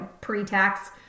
pre-tax